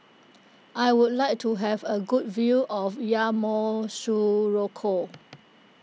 I would like to have a good view of Yamoussoukro